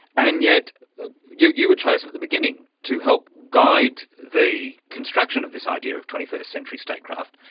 and yet you were chosen at the beginning to help guide the construction of this idea of twenty first century statecraft,